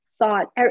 thought